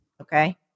Okay